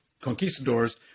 conquistadors